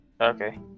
Okay